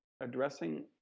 addressing